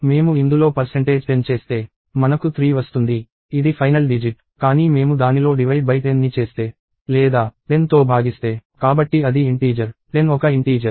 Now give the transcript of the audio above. మేము ఇందులో 10 చేస్తే మనకు 3 వస్తుంది ఇది ఫైనల్ డిజిట్ కానీ మేము దానిలో 10ని చేస్తే లేదా 10తో భాగిస్తే కాబట్టి అది ఇంటీజర్ 10 ఒక ఇంటీజర్